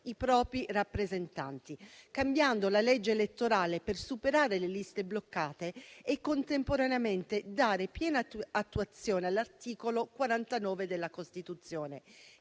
i propri rappresentanti, cambiando la legge elettorale per superare le liste bloccate e contemporaneamente dare piena attuazione all'articolo 49 della Costituzione,